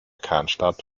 kernstadt